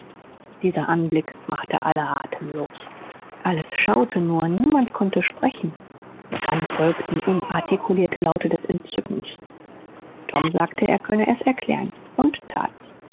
dieser anblick machte alle atemlos alles schaute nur niemand konnte sprechen dann folgten unartikulierte laute des entzückens tom sagte er könne es erklären und tat's